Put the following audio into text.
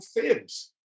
fibs